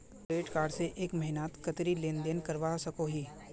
Credit card से एक महीनात कतेरी लेन देन करवा सकोहो ही?